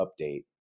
update